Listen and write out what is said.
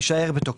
יישאר בתוקפו.